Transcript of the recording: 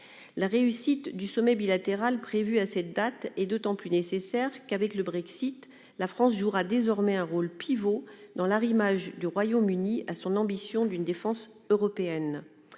Réussir le sommet bilatéral prévu à cette date est d'autant plus nécessaire qu'avec le Brexit la France jouera un rôle pivot dans l'arrimage du Royaume-Uni à son ambition d'une défense européenne.